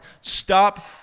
stop